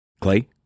Clay